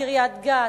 קריית-גת,